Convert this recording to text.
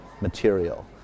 material